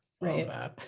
right